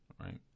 right